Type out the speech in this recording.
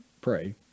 pray